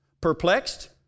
Perplexed